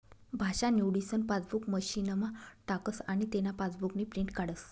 भाषा निवडीसन पासबुक मशीनमा टाकस आनी तेना पासबुकनी प्रिंट काढस